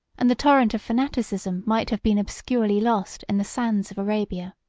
and the torrent of fanaticism might have been obscurely lost in the sands of arabia.